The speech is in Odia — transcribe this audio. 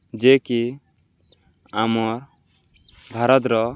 ଯେକି ଆମର୍ ଭାରତ୍ର